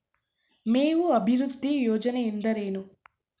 ಮೇವು ಅಭಿವೃದ್ಧಿ ಯೋಜನೆ ಎಂದರೇನು?